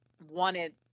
wanted